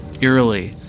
Eerily